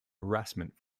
harassment